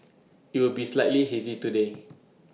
IT will be slightly hazy today